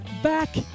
Back